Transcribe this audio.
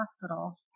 Hospital